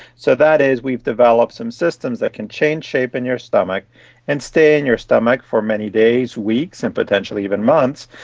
so that is we've developed some systems that can change shape in your stomach and stay in your stomach for many days, weeks and potentially even months,